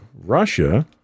Russia